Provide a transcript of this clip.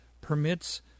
permits